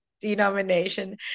denomination